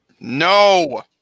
No